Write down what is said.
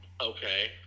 okay